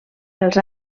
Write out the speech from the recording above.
els